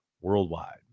worldwide